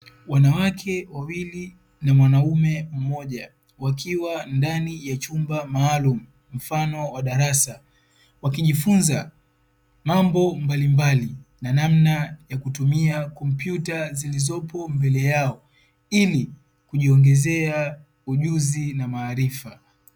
Wanawake wawili na mwanaume mmoja wakiwa ndani ya chumba maalumu mfano wa darasa wakijifunza mambo mbalimbali na namna ya kutumia kompyuta zilizopo mbele yao ili kujiongezea ujuzi na maarifa.